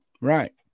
right